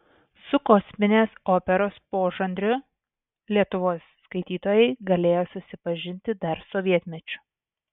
su kosminės operos požanriu lietuvos skaitytojai galėjo susipažinti dar sovietmečiu